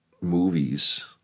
movies